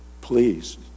Please